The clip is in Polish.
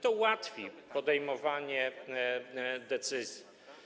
To ułatwi podejmowanie decyzji.